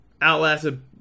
outlasted